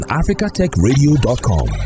africatechradio.com